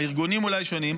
הארגונים אולי שונים,